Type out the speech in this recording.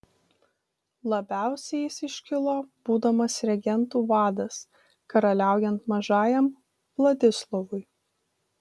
labiausiai jis iškilo būdamas regentų vadas karaliaujant mažajam vladislovui